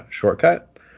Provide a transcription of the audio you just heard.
Shortcut